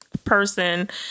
Person